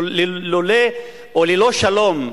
ללא שלום,